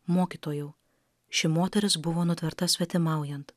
mokytojau ši moteris buvo nutverta svetimaujant